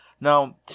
Now